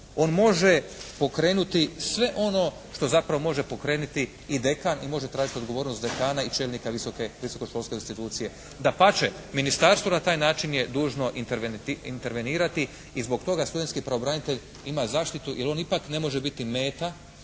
On može pokrenuti sve ono što zapravo može pokrenuti i dekan i može tražiti odgovornost dekana i čelnika visoke školske institucije. Dapače ministarstvo na taj način je dužno intervenirati i zbog toga studentski pravobranitelj ima zaštitu, jer on ipak ne može biti meta